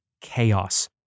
chaos